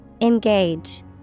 Engage